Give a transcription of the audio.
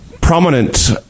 prominent